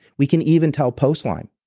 we can even tell post lyme.